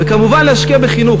וכמובן להשקיע בחינוך.